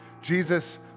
Jesus